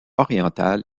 orientales